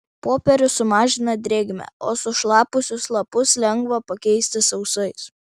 popierius sumažina drėgmę o sušlapusius lapus lengva pakeisti sausais